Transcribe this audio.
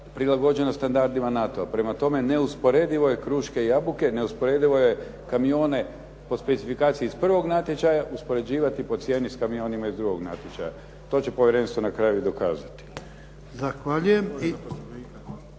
prilagođeno standardima NATO-a. Prema tome, neusporedivo je kruške i jabuke, neusporedivo je kamione po specifikaciji iz prvog natječaja uspoređivati po cijeni s kamionima iz drugog natječaja. To će povjerenstvo na kraju i dokazati. **Jarnjak,